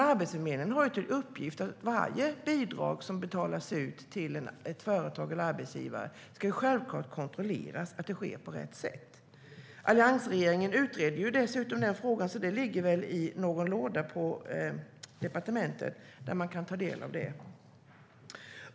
Arbetsförmedlingen har till uppgift att kontrollera varje bidrag som betalas ut till ett företag eller arbetsgivare. Det ska självklart kontrolleras att det sker på rätt sätt. Alliansregeringen utredde dessutom den frågan. Det ligger väl i någon låda på departementet där man kan ta del av det.